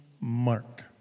mark